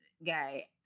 guy